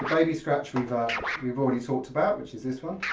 baby scratch we've we've already talked about, which is this one.